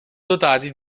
dotati